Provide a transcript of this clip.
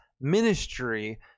ministry